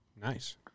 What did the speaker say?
Nice